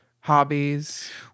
hobbies